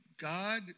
God